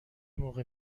موقع